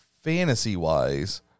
fantasy-wise